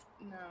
No